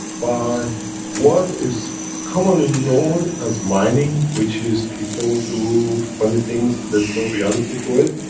by what is commonly known as mining, which is people do funny things, there is no reality to it,